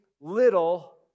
little